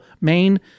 Maine